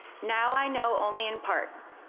now i know only in part,